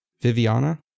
Viviana